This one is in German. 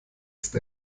ist